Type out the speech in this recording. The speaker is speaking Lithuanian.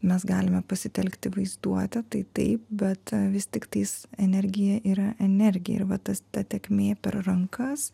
mes galime pasitelkti vaizduotę tai taip bet vis tiktais energija yra energija ir va tas ta tėkmė per rankas